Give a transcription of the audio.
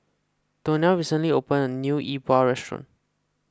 Donell recently opened a new Yi Bua restaurant